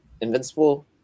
Invincible